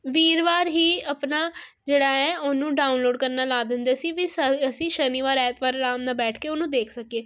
ਵੀਰਵਾਰ ਹੀ ਆਪਣਾ ਜਿਹੜਾ ਹੈ ਉਹਨੂੰ ਡਾਊਨਲੋਡ ਕਰਨਾ ਲਗਾ ਦਿੰਦੇ ਸੀ ਵੀ ਅਸੀਂ ਸ਼ਨੀਵਾਰ ਐਤਵਾਰ ਆਰਾਮ ਨਾਲ ਬੈਠ ਕੇ ਉਹਨੂੰ ਦੇਖ ਸਕੀਏ